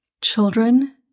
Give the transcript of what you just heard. children